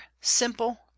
simple